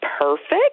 perfect